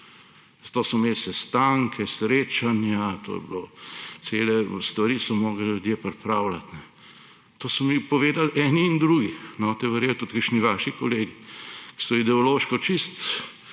Zato so imeli sestanke, srečanja, cele stvari so morali ljudje pripravljati. To so mi povedali eni in drugi, ne boste verjeli, tudi kakšni vaši kolegi, ki so ideološko čisto